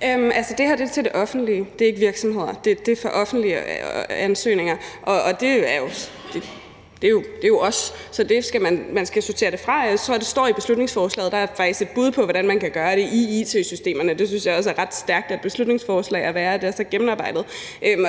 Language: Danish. er beregnet til det offentlige og ikke til virksomheder – det er for offentlige ansøgninger, og det er jo os. Så man skal sortere det fra, og jeg tror faktisk, at der i beslutningsforslaget er et bud på, hvordan man kan gøre det i it-systemerne – jeg synes også, det er ret stærkt, at et beslutningsforslag er så gennemarbejdet.